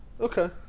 Okay